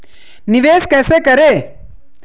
निवेश कैसे करें?